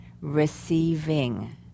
receiving